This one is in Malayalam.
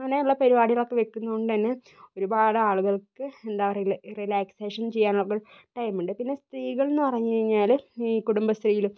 അങ്ങനെയുള്ള പരിപാടികളൊക്കെ വെയ്ക്കുന്നത് കൊണ്ട് തന്നെ ഒരുപാട് ആളുകൾക്ക് എന്താ പറയുക റിലാക്സേഷൻ ചെയ്യാനുള്ള ഒരു ടൈം ഉണ്ട് പിന്നെ സ്ത്രീകൾ എന്നു പറഞ്ഞുകഴിഞ്ഞാൽ ഈ കുടുംബശ്രീയിലും